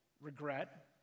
regret